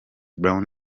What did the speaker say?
brown